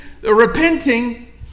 Repenting